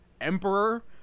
emperor